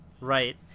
Right